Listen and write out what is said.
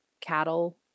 cattle